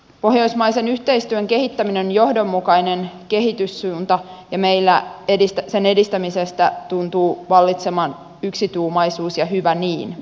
pohjoismaisen yhteistyön kehittäminen on johdonmukainen kehityssuunta ja meillä sen edistämisestä tuntuu vallitsevan yksituumaisuus ja hyvä niin